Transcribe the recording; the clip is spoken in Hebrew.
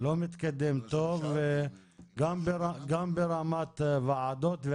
לא מתקדם טוב גם ברמת הוועדות,